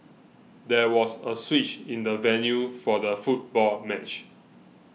there was a switch in the venue for the football match